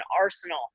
arsenal